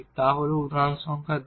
তা হল উদাহরণ সংখ্যা 2